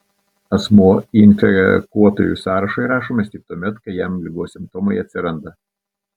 asmuo į infekuotųjų sąrašą įrašomas tik tuomet kai jam ligos simptomai atsiranda